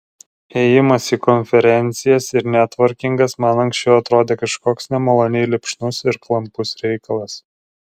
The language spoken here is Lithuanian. ėjimas į konferencijas ir netvorkingas man anksčiau atrodė kažkoks nemaloniai lipšnus ir klampus reikalas